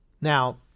Now